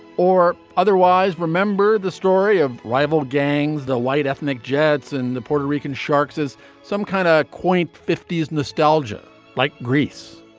or otherwise remember the story of rival gangs the white ethnic jets and the puerto rican sharks as some kind of quaint fifty s nostalgia like greece.